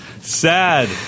sad